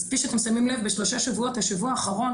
אז כפי שאתם שמים לב בשלושה שבועות בשבוע האחרון